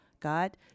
God